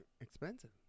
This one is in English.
expensive